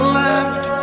left